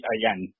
again